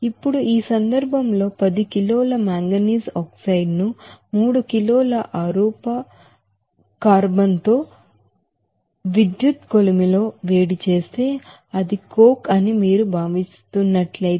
ఇప్పుడు ఈ సందర్భంలో 10 కిలోల మాంగనీస్ ఆక్సైడ్ ను 3 కిలోల అరూప కార్బన్ తో విద్యుత్ కొలిమిలో వేడి చేస్తే అది కోక్ అని మీరు భావించినట్లయితే